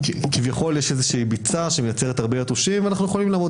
כביכול ישנה ביצה שמייצרת הרבה יתושים ואנחנו יכולים לעמוד